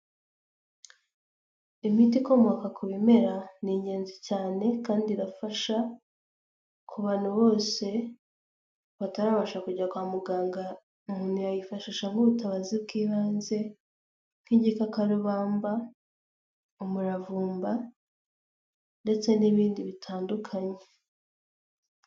Imiti ikomoka ku bimera ni ingenzi cyane kandi irafasha ku bantu bose batarabasha kujya kwa muganga, umuntu yayifashisha nk'ubutabazi bw'ibanze nk'igikakarubamba, umuravumba ndetse n'ibindi bitandukanye.